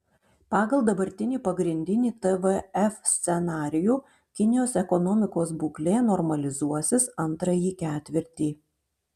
pagal dabartinį pagrindinį tvf scenarijų kinijos ekonomikos būklė normalizuosis antrąjį ketvirtį